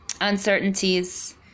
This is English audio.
uncertainties